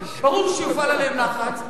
ברור שיופעל עליהם לחץ,